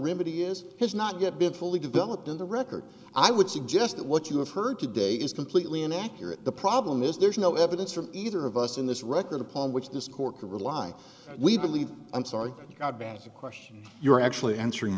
remedy is has not yet been fully developed in the record i would suggest that what you have heard today is completely inaccurate the problem is there's no evidence from either of us in this record upon which this court can rely we believe i'm sorry that you got back as a question you're actually answering